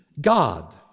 God